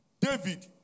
David